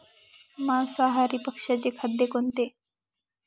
मांसाहारी पक्ष्याचे खाद्य कोणते?